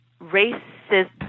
racism